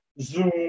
Zoom